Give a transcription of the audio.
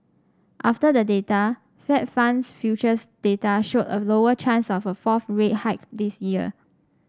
after the data Fed funds futures data showed a lower chance of a fourth rate hike this year